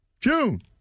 June